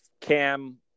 Cam